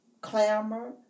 clamor